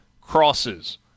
Crosses